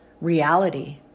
Reality